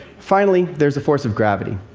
finally, there's the force of gravity,